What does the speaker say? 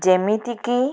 ଯେମିତିକି